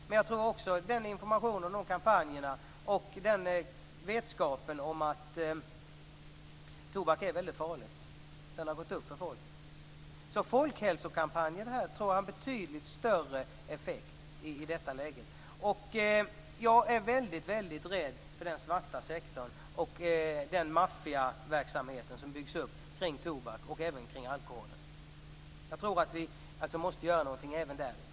Men jag tror mer på informationen och kampanjerna och på att vetskapen om att tobak är väldigt farligt har gått upp för folk. Folkhälsokampanjer tror jag har betydligt större effekt i det här läget. Jag är väldigt rädd för den svarta sektorn och för den maffiaverksamhet som byggs upp kring tobak - och även alkohol. Jag tror att vi i förlängningen måste göra något även där.